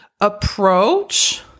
Approach